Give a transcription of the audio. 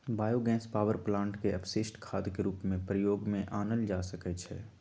bio gas power plant के अपशिष्ट खाद के रूप में प्रयोग में आनल जा सकै छइ